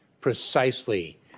precisely